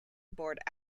aboard